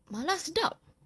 msla sedap